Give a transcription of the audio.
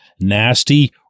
nasty